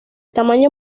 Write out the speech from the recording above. tamaño